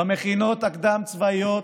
במכינות הקדם-צבאיות